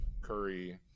Curry